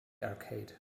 arcade